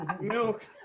Milk